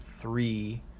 three